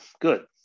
good